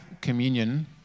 communion